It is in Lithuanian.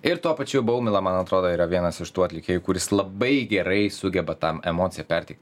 ir tuo pačiu baumila man atrodo yra vienas iš tų atlikėjų kuris labai gerai sugeba tą emociją perteikti